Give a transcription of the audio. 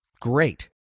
Great